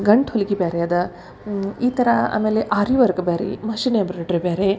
ಗಂಟು ಹೊಲ್ಗೆ ಬೇರೆ ಅದ ಈ ಥರ ಆಮೇಲೆ ಆರಿ ವರ್ಕ್ ಬ್ಯಾರೆ ಮಷೀನ್ ಎಂಬ್ರಾಯ್ಡ್ರಿ ಬೇರೆ